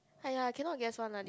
!aiya! cannot guess one lah this